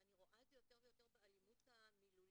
אני רואה את זה יותר ויותר באלימות המילולית